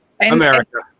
America